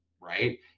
Right